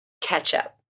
ketchup